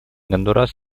гондурас